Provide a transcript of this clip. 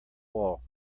wall